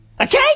okay